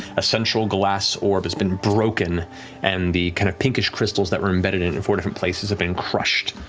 a central glass orb has been broken and the kind of pinkish crystals that were embedded in it in four different places have been crushed.